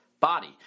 body